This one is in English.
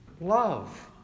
Love